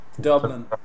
Dublin